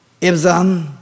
Ibzan